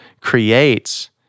creates